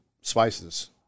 spices